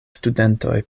studentoj